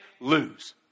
Lose